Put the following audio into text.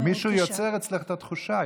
כי מישהו יוצר אצלך את התחושה.